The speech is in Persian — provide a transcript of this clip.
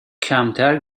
کمتر